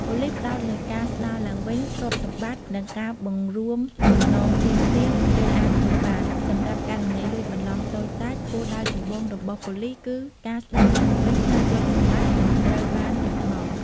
ប៉ូលិសផ្តោតលើការស្ដារឡើងវិញទ្រព្យសម្បត្តិ និងការបង្រួមសំណងភ្លាមៗពេលអាចធ្វើបាន សម្រាប់ករណីលួចបន្លំតូចតាច គោលដៅចម្បងរបស់ប៉ូលិសគឺ ការស្ដារឡើងវិញនូវទ្រព្យសម្បត្តិ ដែលត្រូវបានបាត់បង់។